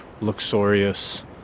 luxurious